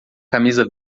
camisa